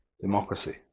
democracy